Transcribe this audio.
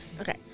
okay